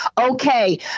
Okay